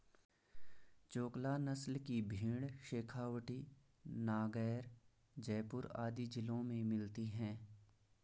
चोकला नस्ल की भेंड़ शेखावटी, नागैर, जयपुर आदि जिलों में मिलती हैं